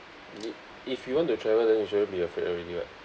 you if you want to travel then you shouldn't be afraid already [what]